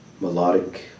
melodic